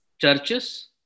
churches